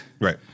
Right